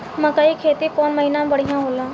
मकई के खेती कौन महीना में बढ़िया होला?